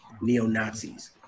neo-Nazis